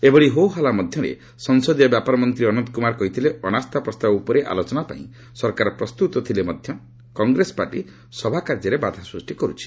ଏଭଳି ହୋ ହଲ୍ଲା ମଧ୍ୟରେ ସଂସଦୀୟ ବ୍ୟାପାର ମନ୍ତ୍ରୀ ଅନନ୍ତ କୁମାର କହିଥିଲେ ଅନାସ୍ଥା ପ୍ରସ୍ତାବ ଉପରେ ଆଲୋଚନାପାଇଁ ସରକାର ପ୍ରସ୍ତୁତ ଥିଲେ ମଧ୍ୟ କଂଗ୍ରେସ ପାର୍ଟି ସଭାକାର୍ଯ୍ୟରେ ବାଧା ସୃଷ୍ଟି କରୁଛି